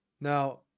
Now